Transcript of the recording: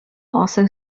also